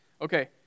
Okay